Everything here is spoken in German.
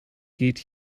geht